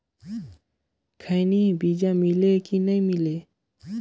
खैनी बिजा मिले कि नी मिले?